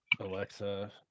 Alexa